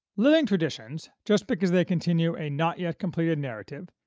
living traditions, just because they continue a not-yet-completed narrative,